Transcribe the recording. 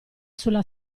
sulla